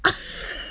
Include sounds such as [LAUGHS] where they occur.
[LAUGHS]